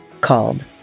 called